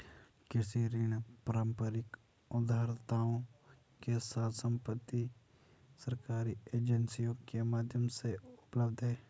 कृषि ऋण पारंपरिक उधारदाताओं के साथ समर्पित सरकारी एजेंसियों के माध्यम से उपलब्ध हैं